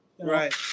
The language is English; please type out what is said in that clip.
Right